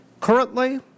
Currently